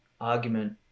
argument